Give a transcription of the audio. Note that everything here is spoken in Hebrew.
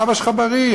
אבא שלך בריא,